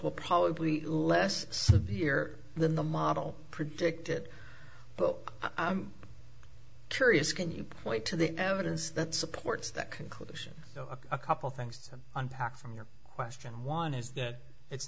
will probably less severe than the model predicted but i'm curious can you point to the evidence that supports that conclusion though a couple things to unpack from your question one is that it's